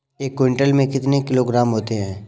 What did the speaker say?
एक क्विंटल में कितने किलोग्राम होते हैं?